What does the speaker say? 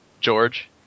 George